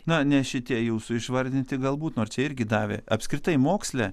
na ne šitie jūsų išvardinti galbūt nors jie irgi davė apskritai moksle